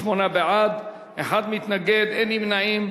38 בעד, מתנגד אחד, אין נמנעים.